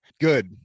good